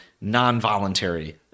non-voluntary